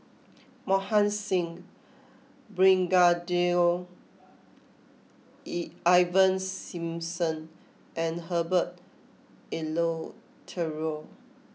Mohan Singh Brigadier E Ivan Simson and Herbert Eleuterio